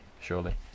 surely